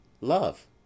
Love